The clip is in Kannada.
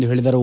ಎಂದು ಹೇಳಿದರು